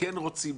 כן רוצים,